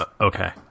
Okay